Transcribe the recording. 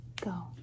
go